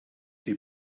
die